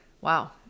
Wow